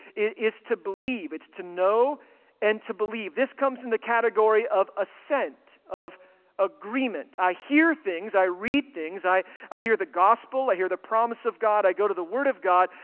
is to believe. it's to know and to believe. this comes in the category of ascent, of agreement. i hear things. i read things. i i hear the gospel. i hear the promise of god. i go to the word of god.